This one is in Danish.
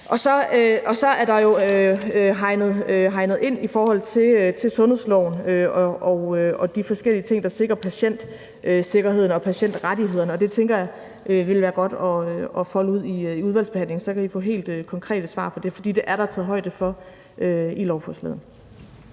Og så er der jo hegnet ind i forhold til sundhedsloven og de forskellige ting, der sikrer patientsikkerheden og patientrettighederne. Og det tænker jeg vil være godt at folde ud i udvalgsbehandlingen. Så kan I få helt konkrete svar på det, for det er der taget højde for i lovforslaget.